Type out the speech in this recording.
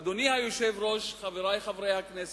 אדוני היושב-ראש, חברי חברי הכנסת,